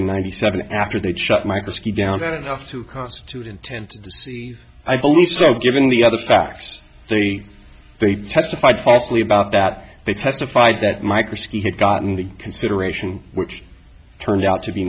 in ninety seven after they'd shut mycoskie down at enough to constitute intent i believe so given the other facts three they testified falsely about that they testified that microscopic gotten the consideration which turned out to be